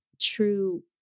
true